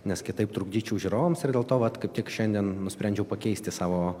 nes kitaip trukdyčiau žiūrovams ir dėl to vat kaip tik šiandien nusprendžiau pakeisti savo